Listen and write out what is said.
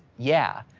yeah,